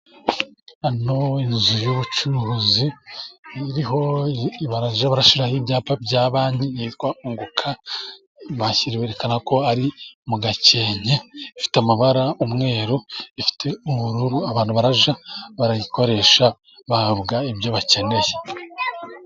Hano inzu y'ubucuruzi iriho ibara barashyiraho ibyapa bya banki yitwa unguka, byumvikana ko ari mu gakenke ifite amabara umweru ifite ubururu abantu barajya bayikoresha bahabwa ibyo bakeneye.